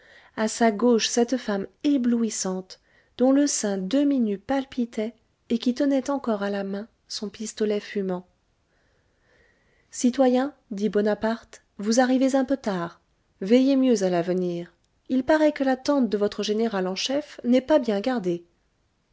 à sa gauche cette femme éblouissante dont le sein demi-nu palpitait et qui tenait encore à la main son pistolet fumant citoyens dit bonaparte vous arrivez un peu tard veillez mieux à l'avenir il paraît que la tente de votre général en chef n'est pas bien gardée